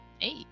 eight